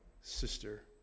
Sister